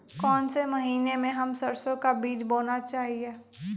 कौन से महीने में हम सरसो का बीज बोना चाहिए?